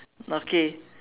okay